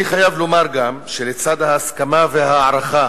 אני חייב לומר גם, שלצד ההסכמה וההערכה